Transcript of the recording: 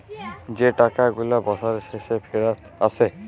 যে টাকা গুলা বসরের শেষে ফিরত আসে